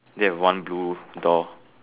do you have one blue door